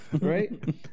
Right